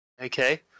Okay